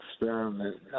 experiment